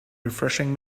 refreshing